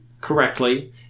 correctly